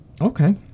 Okay